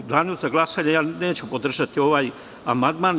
U danu za glasanje neću podržati ovaj amandman.